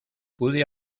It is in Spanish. pude